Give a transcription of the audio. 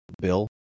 bill